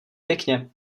pěkně